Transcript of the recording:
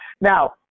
Now